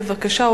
בבקשה,